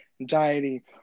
anxiety